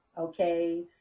okay